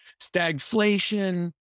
stagflation